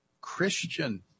Christian